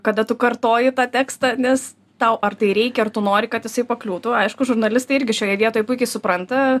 kada tu kartoji tą tekstą nes tau ar tai reikia ar tu nori kad jisai pakliūtų aišku žurnalistai irgi šioje vietoj puikiai supranta